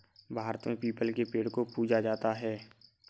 भारत में पीपल के पेड़ को पूजा जाता है